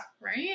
Right